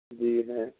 جی ہے